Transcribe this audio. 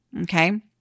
Okay